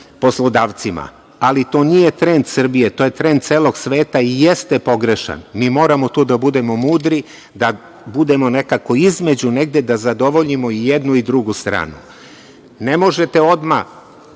poslodavcima. To nije trend Srbije, to je trend celog sveta i jeste pogrešan. Mi moramo tu da budemo mudri, da budemo nekako između negde, da zadovoljimo jednu i drugu stanu. Ne možete odmah